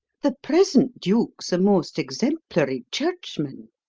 the present duke's a most exemplary churchman,